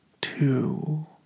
Two